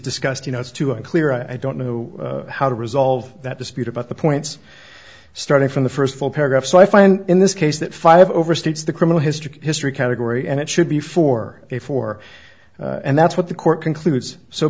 discussed you know it's two unclear i don't know how to resolve that dispute about the points starting from the first full paragraph so i find in this case that five overstates the criminal history history category and it should be for a four and that's what the court concludes so